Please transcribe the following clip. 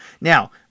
Now